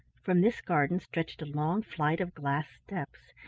from this garden stretched a long flight of glass steps.